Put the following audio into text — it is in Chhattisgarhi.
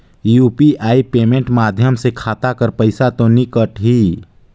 यू.पी.आई पेमेंट माध्यम से खाता कर पइसा तो नी कटही?